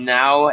now